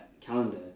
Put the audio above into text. calendar